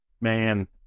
Man